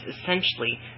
essentially